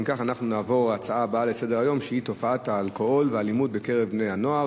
נעבור להצעות לסדר-היום בנושא: תופעת האלכוהול והאלימות בקרב בני-נוער,